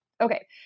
Okay